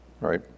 right